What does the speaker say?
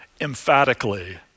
emphatically